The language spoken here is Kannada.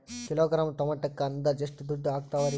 ಕಿಲೋಗ್ರಾಂ ಟೊಮೆಟೊಕ್ಕ ಅಂದಾಜ್ ಎಷ್ಟ ದುಡ್ಡ ಅಗತವರಿ?